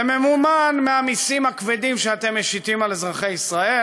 זה ממומן מהמסים הכבדים שאתם משיתים על אזרחי ישראל,